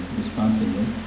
responsibly